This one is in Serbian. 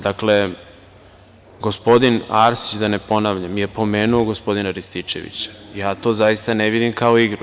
Dakle, gospodin Arsić, da ne ponavljam je pomenuo gospodina Rističevića, ja to zaista ne vidim kao igru.